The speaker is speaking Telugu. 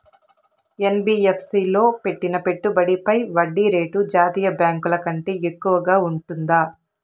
యన్.బి.యఫ్.సి లో పెట్టిన పెట్టుబడి పై వడ్డీ రేటు జాతీయ బ్యాంకు ల కంటే ఎక్కువగా ఉంటుందా?